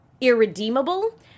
irredeemable